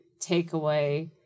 takeaway